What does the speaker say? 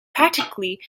practically